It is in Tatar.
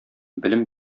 белем